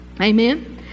Amen